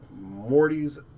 Morty's